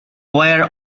were